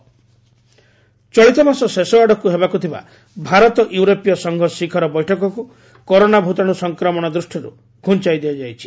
PM EU visit ଚଳିତ ମାସ ଶେଷ ଆଡ଼କୁ ହେବାକୁ ଥିବା ଭାରତ ୟୁରୋପୀୟ ସଂଘ ଶିଖର ବୈଠକକୁ କରୋନା ଭୂତାଣୁ ସଂକ୍ରମଣ ଦୃଷ୍ଟିରୁ ଘୁଞ୍ଚାଇ ଦିଆଯାଇଛି